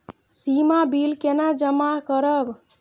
सीमा bill केना जमा करब?